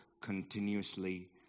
continuously